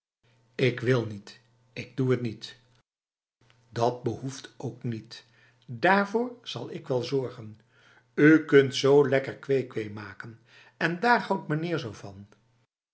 ik wil niet ik doe het niet dat behoeft ook niet daarvoor zal ik wel zorgen u kunt zo lekker kwee-kwee maken en daar houdt meneer zo van